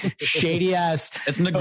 shady-ass